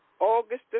August